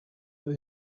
that